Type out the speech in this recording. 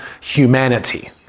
humanity